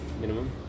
Minimum